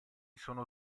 sono